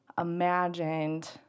imagined